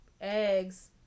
eggs